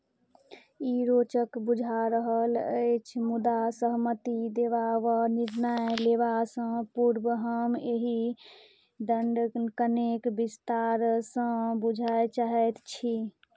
ई रोचक बुझा रहल अछि मुदा सहमति देबा वा निर्णय लेबासँ पूर्व हम एहि दऽ कनेक विस्तारसँ बूझय चाहैत छी